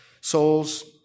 souls